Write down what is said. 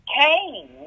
Cain